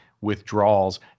withdrawals